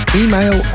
email